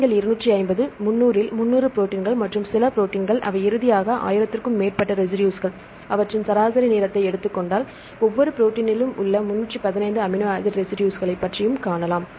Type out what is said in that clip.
நீங்கள் 250 300 இல் 300 ப்ரோடீன்கள் மற்றும் சில ப்ரோடீன்கள் அவை இறுதியாக 1000 க்கும் மேற்பட்ட ரெசிடுஸ்கள் அவற்றின் சராசரி நீளத்தை எடுத்துக் கொண்டால் ஒவ்வொரு ப்ரோடீனிலும் உள்ள 315 அமினோ ஆசிட் ரெசிடுஸ்களைப் பற்றியும் காணலாம்